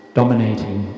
dominating